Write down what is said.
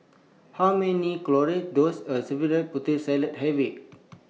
How Many Calories Does A Serving of Putri Salad Have IT